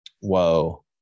Whoa